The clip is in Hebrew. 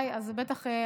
לשניכם.